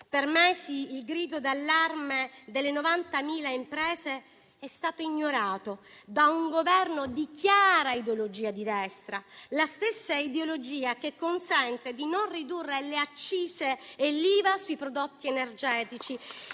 Per mesi, il grido d'allarme delle 90.000 imprese è stato ignorato da un Governo di chiara ideologia di destra, la stessa ideologia che consente di non ridurre le accise e l'IVA sui prodotti energetici,